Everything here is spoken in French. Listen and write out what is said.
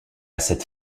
cette